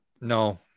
No